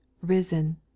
risen